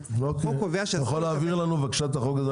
החוק קובע --- אתה יכול להעביר לנו את החוק הזה?